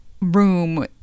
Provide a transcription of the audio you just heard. room